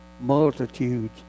multitudes